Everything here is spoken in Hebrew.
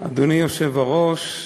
אדוני היושב-ראש,